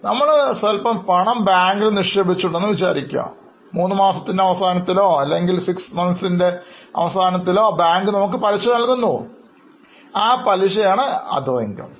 നമ്മൾ കുറച്ച് പണം ബാങ്കിൽ നിക്ഷേപിച്ചിട്ടുണ്ട് എന്ന് കരുതുക quarter അവസാനത്തിലോ 6 മാസത്തിലെ അവസാനത്തിലോ ബാങ്ക് നമുക്ക് പലിശ നൽകുന്നു ആ പലിശ Other income തിൻറെ ഉദാഹരണമാണ്